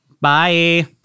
Bye